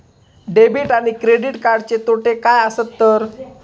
Debit आणि credit कार्डचे तोटे काय आसत तर?